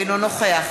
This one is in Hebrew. אינו נוכח